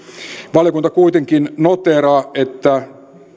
valiokunta kuitenkin noteeraa että